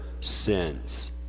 sins